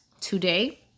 today